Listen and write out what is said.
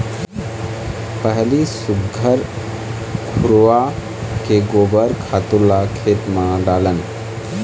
पहिली सुग्घर घुरूवा के गोबर खातू ल खेत म डालन